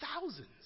thousands